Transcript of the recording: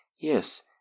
Yes